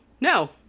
No